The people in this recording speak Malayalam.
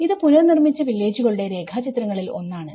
ഇത് പുനർനിർമ്മിച്ച വില്ലേജുകളുടെ രേഖചിത്രങ്ങളിൽ ഒന്നാണ്